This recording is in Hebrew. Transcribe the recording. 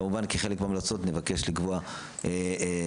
כמובן כחלק מההמלצות נבקש לקבוע סד